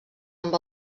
amb